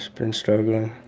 been struggling.